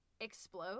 explode